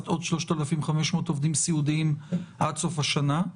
של עוד 3,500 עובדים סיעודיים עד סוף השנה.